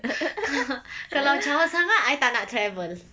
kalau jauh sangat I tak nak travel